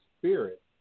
spirit